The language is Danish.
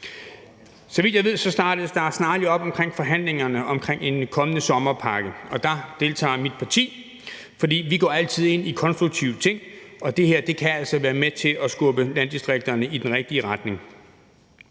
Så vidt jeg ved, startes der snarligt op på forhandlingerne om en kommende sommerpakke. Der deltager mit parti, for vi går altid ind i konstruktive ting, og det her kan altså være med til at skubbe landdistrikterne i den rigtige retning.